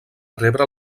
rebre